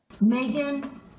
Megan